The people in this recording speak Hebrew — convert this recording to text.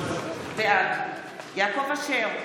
בעד יעקב אשר,